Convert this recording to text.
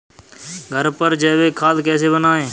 घर पर जैविक खाद कैसे बनाएँ?